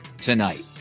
tonight